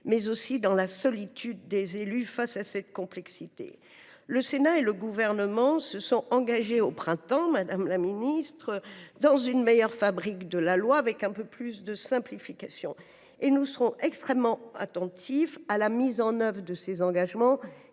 tout comme dans leur solitude des élus face à cette complexité. Le Sénat et le Gouvernement se sont engagés au printemps, madame la ministre, pour une meilleure fabrique de la loi, avec un peu plus de simplification. Nous serons extrêmement attentifs à la mise en œuvre de ces engagements,